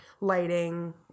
lighting